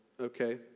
okay